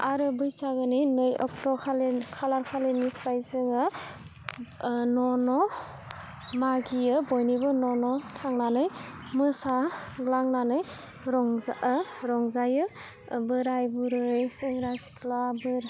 आरो बैसागोनि नै अक्ट'खालि खालार खालिनिफ्राय जोङो न' न' मागियो बयनिबो न' न' थांनानै मोसा लांनानै रंजा रंजायो बोराइ बुरै सेंग्रा सिख्ला बोर